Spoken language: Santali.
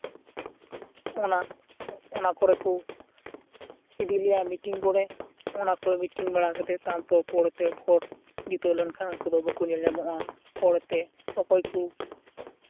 ᱚᱱᱟ ᱚᱱᱟ ᱠᱚᱨᱮ ᱠᱩ ᱤᱫᱤ ᱞᱮᱭᱟ ᱢᱤᱴᱤᱝ ᱠᱚᱨᱮ ᱚᱱᱟ ᱠᱚ ᱢᱤᱴᱤᱝ ᱵᱟᱲᱟ ᱠᱟᱛᱮ ᱛᱟᱨᱯᱚᱨ ᱯᱚᱨᱮᱛᱮ ᱵᱷᱳᱴ ᱡᱤᱛᱟᱹᱣ ᱞᱮᱱᱠᱷᱟᱱ ᱩᱱᱠᱩ ᱫᱚ ᱵᱟᱹᱠᱩ ᱧᱮᱞ ᱧᱟᱢᱚᱜᱼᱟ ᱯᱚᱨᱮᱛᱮ ᱚᱠᱚᱭ ᱠᱩ